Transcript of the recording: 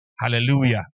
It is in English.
Hallelujah